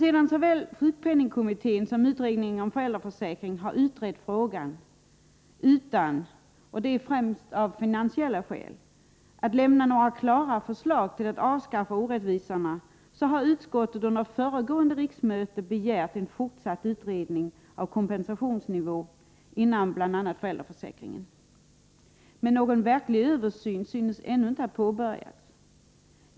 Sedan såväl sjukpenningkommittén som utredningen om föräldraförsäkring utrett frågan utan att — främst av finansiella skäl — lämna några klara förslag till att avskaffa orättvisorna, begärde utskottet under föregående riksmöte en fortsatt utredning av kompensationsnivån inom bl.a. föräldraförsäkringen. Men någon verklig översyn synes ännu inte ha påbörjats.